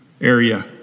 area